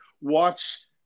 watch